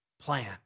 plan